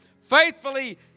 Faithfully